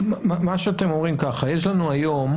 מה שאתם אומרים זה ככה, יש לנו היום